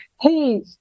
hey